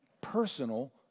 personal